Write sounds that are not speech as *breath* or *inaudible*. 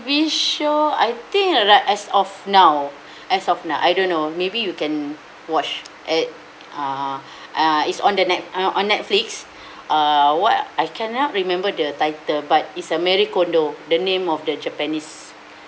T_V show I think right as of now *breath* as of now I don't know maybe you can watch eh uh *breath* uh is on the net uh on netflix *breath* uh what I cannot remember the title but is uh marie kondo the name of the japanese